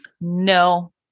No